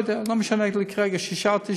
לא יודע, לא משנה לי כרגע שישה או תשעה.